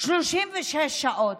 36 שעות.